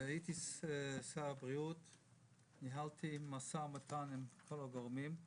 הייתי שר הבריאות וניהלתי משא ומתן עם כל הגורמים.